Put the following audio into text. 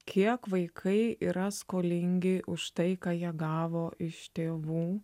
kiek vaikai yra skolingi už tai ką jie gavo iš tėvų